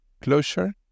closure